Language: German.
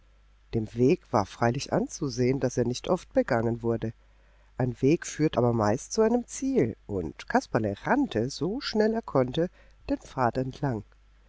dem weg war freilich anzusehen daß er nicht oft begangen wurde ein weg führt aber meist zu einem ziel und kasperle rannte so schnell er konnte den pfad entlang